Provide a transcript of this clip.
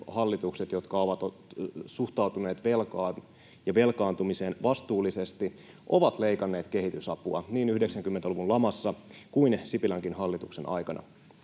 jotka ovat suhtautuneet velkaan ja velkaantumiseen vastuullisesti, ovat leikanneet kehitysapua niin 90-luvun lamassa kuin Sipilänkin hallituksen aikana.